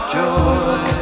joy